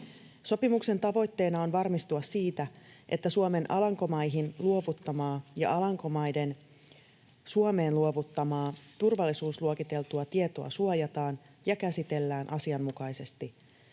Sopimuksen tavoitteena on varmistua siitä, että Suomen Alankomaihin luovuttamaa ja Alankomaiden Suomeen luovuttamaa turvallisuusluokiteltua tietoa suojataan ja käsitellään asianmukaisesti.